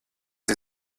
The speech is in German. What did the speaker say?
sie